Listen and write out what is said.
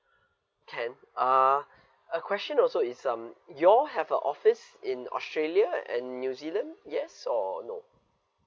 can uh a question also is um you all have a office in australia and new zealand yes or no